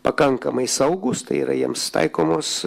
pakankamai saugūs tai yra jiems taikomos